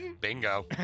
Bingo